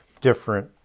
different